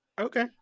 Okay